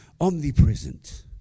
omnipresent